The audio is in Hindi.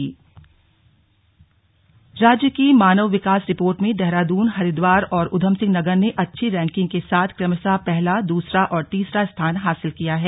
स्लग मानव विकास रिपोर्ट राज्य की मानव विकास रिपोर्ट में देहरादून हरिद्वार और उधमसिंहनगर ने अच्छी रैंकिंग के साथ क्रमश पहला दूसरा और तीसरा स्थान हासिल किया है